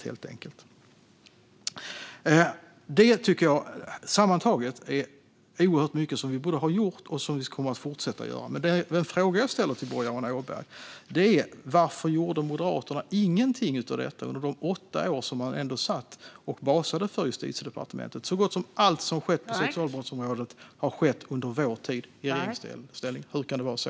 Sammantaget tycker jag därför att det är oerhört mycket både som vi har gjort och som vi kommer att fortsätta att göra. Den fråga jag vill ställa till Boriana Åberg är dock: Varför gjorde Moderaterna ingenting av detta under de åtta år som man ändå basade för Justitiedepartementet? Så gott som allt som skett på sexualbrottsområdet har skett under vår tid i regeringsställning. Hur kan det vara så?